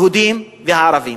יהודים וערבים.